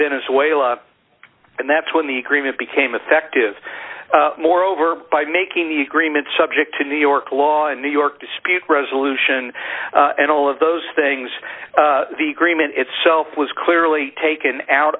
venezuela and that's when the agreement became effective moreover by making the agreement subject to new york law in new york dispute resolution and all of those things the greenman itself was clearly taken out